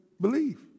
believe